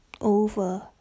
over